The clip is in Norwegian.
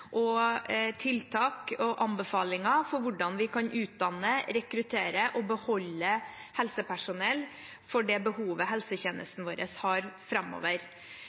og tiltak og anbefalinger for hvordan vi kan utdanne, rekruttere og beholde helsepersonell for det behovet helsetjenesten vår har framover.